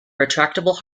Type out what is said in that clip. retractable